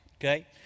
okay